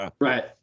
Right